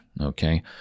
okay